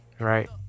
right